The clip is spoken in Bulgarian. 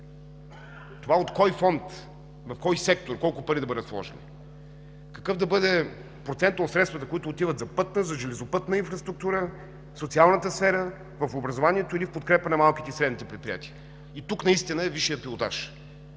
това от кой фонд в кой сектор колко пари да бъдат вложени, какъв да бъде процентът от средствата, които отиват за пътна, за железопътна инфраструктура, в социалната сфера, в образованието или в подкрепа на малките и средните предприятия. Тук наистина е висшият пилотаж.